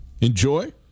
Enjoy